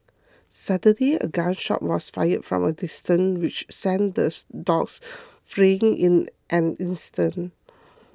suddenly a gun shot was fired from a distance which sent the dogs fleeing in an instant